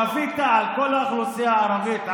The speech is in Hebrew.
כפית על כל האוכלוסייה הערבית,